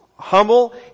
Humble